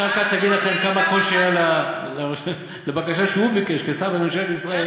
השר כץ יגיד לכם כמה קושי היה בבקשה שהוא ביקש כשר בממשלת ישראל.